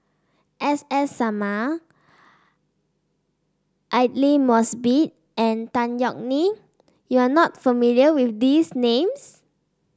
S S Sarma Aidli Mosbit and Tan Yeok Nee you are not familiar with these names